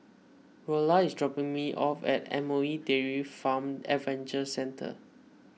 Rolla is dropping me off at M O E Dairy Farm Adventure Centre